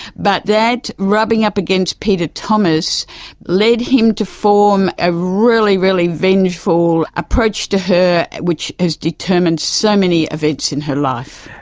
but that rubbing up against peter thomas led him to form a really, really vengeful approach to her which has determined so many events in her life.